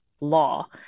law